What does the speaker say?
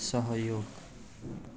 सहयोग